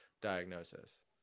diagnosis